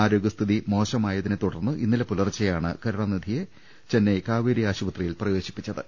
ആരോഗ്യസ്ഥിതി മോശമായതിനെത്തുടർന്ന് ഇന്നലെ പുലർച്ചെയാണ് കരുണാനിധിയെ ചെന്നൈ കാവേരി ആശുപത്രിയിൽ പ്രവേശിപ്പിച്ചത്